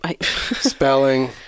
Spelling